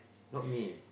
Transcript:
not me